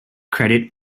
credit